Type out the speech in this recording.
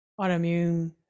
autoimmune